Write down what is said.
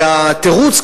והתירוץ,